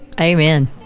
Amen